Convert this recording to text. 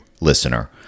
listener